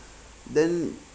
then